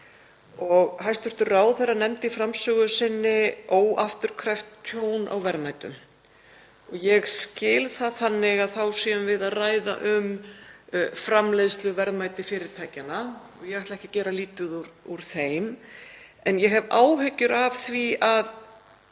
Hæstv. ráðherra nefndi í framsögu sinni óafturkræft tjón á verðmætum. Ég skil það þannig að þá séum við að ræða um framleiðsluverðmæti fyrirtækjanna og ég ætla ekki að gera lítið úr þeim. En ég hef áhyggjur af því að